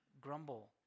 grumble